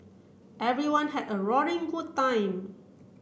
everyone had a roaring good time